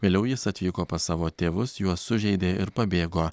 vėliau jis atvyko pas savo tėvus juos sužeidė ir pabėgo